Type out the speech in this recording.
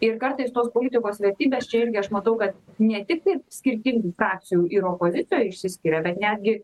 ir kartais tos politikos vertybės čia irgi aš matau kad ne tiktai skirtingai frakcijų ir opozicijoj išsiskiria bet netgi